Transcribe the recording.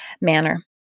manner